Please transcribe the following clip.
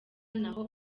n’aho